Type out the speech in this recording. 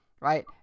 right